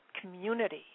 community